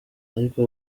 ariko